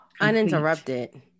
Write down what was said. uninterrupted